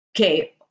okay